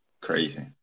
Crazy